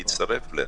אפשר להצטרף אליה.